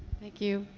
thank you.